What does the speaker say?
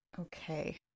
Okay